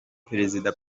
perezida